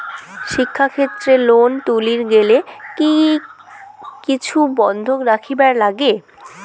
শিক্ষাক্ষেত্রে লোন তুলির গেলে কি কিছু বন্ধক রাখিবার লাগে?